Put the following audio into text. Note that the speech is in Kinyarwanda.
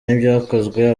ntibyakozwe